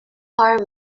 harm